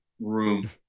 room